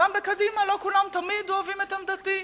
גם בקדימה לא תמיד כולם אוהבים את עמדתי.